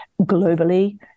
globally